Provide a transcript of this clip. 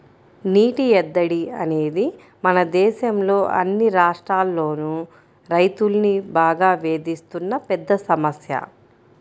నీటి ఎద్దడి అనేది మన దేశంలో అన్ని రాష్ట్రాల్లోనూ రైతుల్ని బాగా వేధిస్తున్న పెద్ద సమస్య